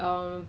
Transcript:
value shop